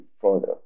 further